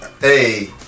hey